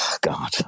god